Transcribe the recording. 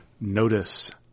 notice